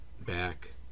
back